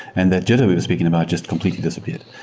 and that jitter we were speaking about just completely disappeared.